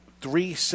three